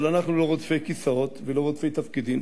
אבל אנחנו לא רודפי כיסאות ולא רודפי תפקידים,